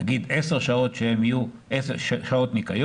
נגיד 10 שעות שיהיו של ניקיון,